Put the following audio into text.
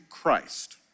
Christ